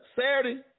Saturday